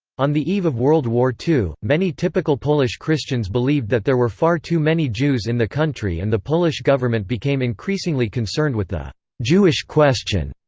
on the eve of world war ii, many typical polish christians believed that there were far too many jews in the country and the polish government became increasingly concerned with the jewish question.